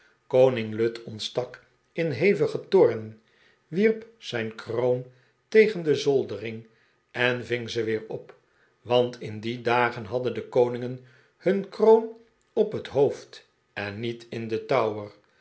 koning lud ontstak in hevigen toorn wierp zijn kroon tegen de zoldering en ving ze wee r op want in die dagen hadden de koningen hun kroon op het hoofd en niet in den tower